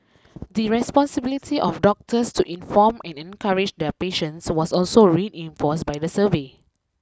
the responsibility of doctors to inform and encourage their patients was also reinforced by the survey